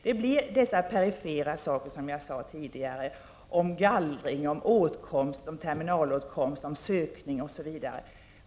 Det blir fråga om de perifera åtgärder som jag tidigare nämnde, dvs. gallring, åtkomst, terminalåtkomst, sökning osv.